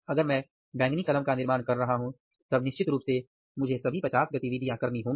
अगर मैं बैंगनी कलम का निर्माण कर रहा हूं तब निश्चित रूप से मुझे सभी 50 गतिविधियां करनी होंगी